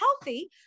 healthy